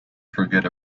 forget